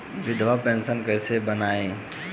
विधवा पेंशन कैसे बनवायें?